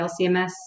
LCMS